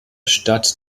stadt